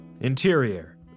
Interior